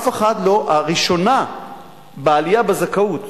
הראשונה בעלייה בזכאות,